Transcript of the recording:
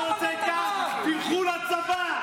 תכו בנו.